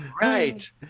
Right